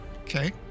Okay